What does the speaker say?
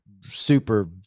super